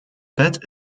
bet